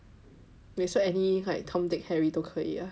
wait so any like Tom Dick Harry 都可以 ah